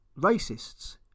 racists